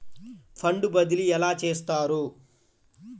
Fund బదిలీ ఎలా చేస్తారు?